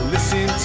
Listen